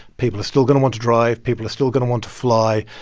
people are still going to want to drive. people are still going to want to fly.